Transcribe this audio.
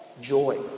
Joy